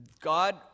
God